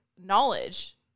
knowledge